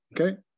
Okay